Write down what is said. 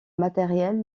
matériel